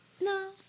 No